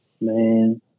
Man